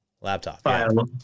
laptop